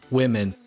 women